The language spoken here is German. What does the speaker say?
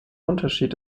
unterschied